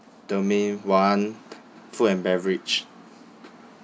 domain one food and beverage